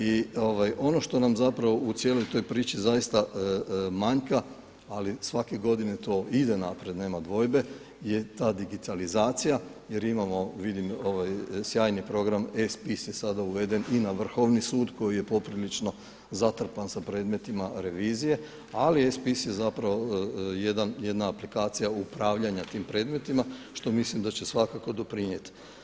I ono što nam u cijeloj toj priči zaista manjka, ali svake godine to ide naprijed, nema dvojbe, je ta digitalizacija jer imamo sjajni program eSpis je sada uveden i na Vrhovni sud koji je poprilično zatrpan sa predmetima revizije, ali eSpis je jedna aplikacija upravljanja tim predmetima, što mislim da će svakako doprinijeti.